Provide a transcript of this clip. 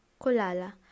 Kolala